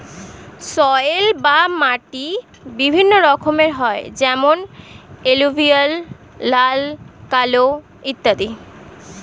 soil বা মাটি বিভিন্ন রকমের হয় যেমন এলুভিয়াল, লাল, কালো ইত্যাদি